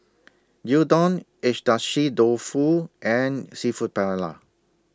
Gyudon Agedashi Dofu and Seafood Paella